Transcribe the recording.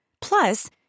Plus